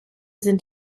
sind